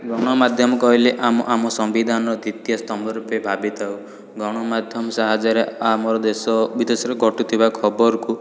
ଗଣମାଧ୍ୟମ କହିଲେ ଆମ ଆମ ସମ୍ବିିଧାନର ଦ୍ଵିତୀୟ ସ୍ତମ୍ଭ ରୂପେ ଭାବିଥାଉ ଗଣମାଧ୍ୟମ ସାହାଯ୍ୟରେ ଆମର ଦେଶ ବିଦେଶରେ ଘଟୁଥିବା ଖବରକୁ